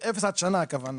0 עד שנה, הכוונה.